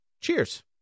cheers